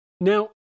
Now